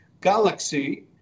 galaxy